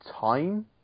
time